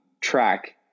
track